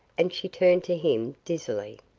and she turned to him dizzily.